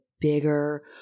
bigger